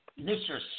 Mr